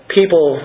people